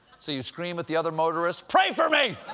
so you scream at the other motorists pray for me!